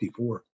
54